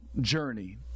journey